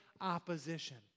opposition